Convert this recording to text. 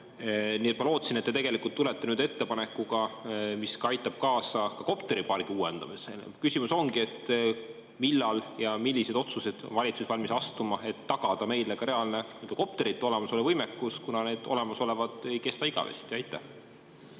Nii et ma lootsin, et te tegelikult tulete siia ettepanekuga, mis aitab kaasa ka kopteripargi uuendamisele. Küsimus ongi: millal ja millised otsused on valitsus valmis tegema, et tagada meile reaalne [meditsiini]kopterite võimekus, kuna olemasolev [võimekus] ei kesta igavesti? Aitäh!